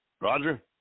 Roger